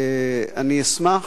אני אשמח.